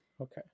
Okay